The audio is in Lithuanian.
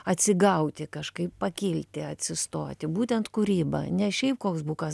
atsigauti kažkaip pakilti atsistoti būtent kūryba ne šiaip koks bukas